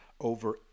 over